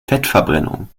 fettverbrennung